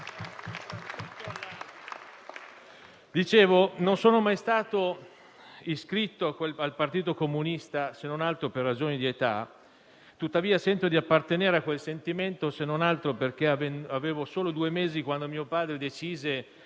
dicevo, non sono mai stato iscritto al Partito Comunista, se non altro per ragioni di età. Tuttavia sento di appartenere a quel sentimento, se non altro perché avevo solo due mesi quando mio padre decise